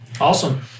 Awesome